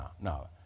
no